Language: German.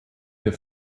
für